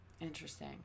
Interesting